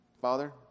Father